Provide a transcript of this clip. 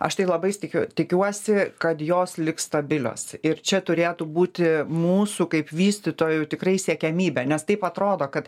aš tai labais tikiu tikiuosi kad jos liks stabilios ir čia turėtų būti mūsų kaip vystytojų tikrai siekiamybė nes taip atrodo kad